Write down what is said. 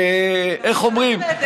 גם אתה